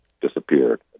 disappeared